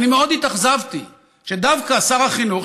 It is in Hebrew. אני מאוד התאכזבתי שדווקא שר החינוך,